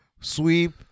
Sweep